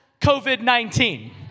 COVID-19